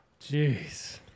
Jeez